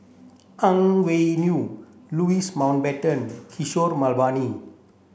Ang Wei Neng Louis Mountbatten Kishore Mahbubani